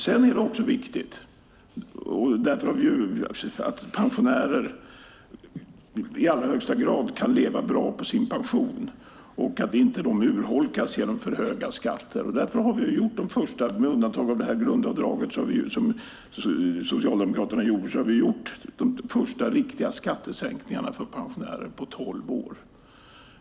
Sedan är det också viktigt att pensionärer i allra högsta grad kan leva bra på sina pensioner och att de inte urholkas genom för höga skatter. Därför har vi, med undantag av grundavdraget som Socialdemokraterna gjorde, genomfört de första riktiga skattesänkningarna för pensionärer på tolv år.